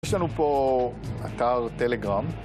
יש לנו פה אתר טלגרם